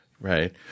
Right